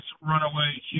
runaway